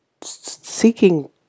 seeking